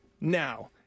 now